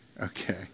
Okay